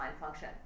function